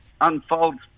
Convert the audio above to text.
unfolds